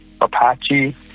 Apache